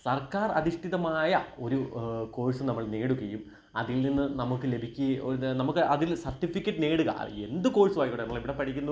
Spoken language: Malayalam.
സർക്കാർ അധിഷ്ഠിതമായ ഒരു കോഴ്സ് നമ്മൾ നേടുകയും അതിൽ നിന്ന് നമുക്ക് ലഭിക്ക ഒത് നമുക്ക് അതിൽ സർട്ടിഫിക്കറ്റ് നേടുക അത് എന്ത് കോഴ്സുമായിക്കോട്ടെ നമ്മളെവിടെ പഠിക്കുന്നു